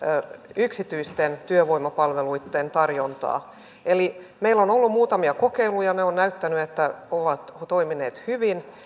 yksityisten työvoimapalveluitten tarjontaa meillä on on ollut muutamia kokeiluja ne ovat näyttäneet että ovat toimineet hyvin